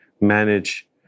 manage